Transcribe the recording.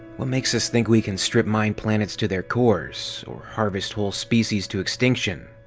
what makes us think we can strip-mine planets to their cores? or harvest whole species to extinction?